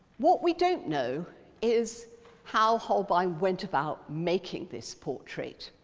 what we don't know is how holbein went about making this portrait.